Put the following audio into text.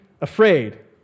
afraid